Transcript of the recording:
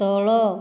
ତଳ